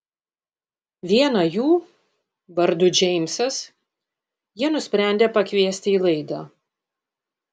vieną jų vardu džeimsas jie nusprendė pakviesti į laidą